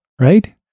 right